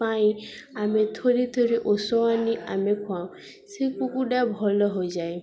ପାଇଁ ଆମେ ଥରେ ଥରେ ଔଷଧ ଆଣିି ଆମେ ଖୁଆଉ ସେଇ କୁକୁଡ଼ା ଭଲ ହୋଇଯାଏ